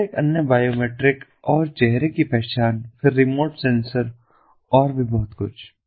सुरक्षा एक अन्य बायोमेट्रिक और चेहरे की पहचान है फिर रिमोट सेंसर और भी बहुत कुछ